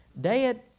Dad